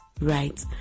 Right